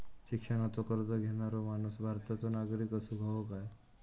शिक्षणाचो कर्ज घेणारो माणूस भारताचो नागरिक असूक हवो काय?